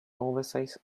oversize